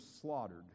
slaughtered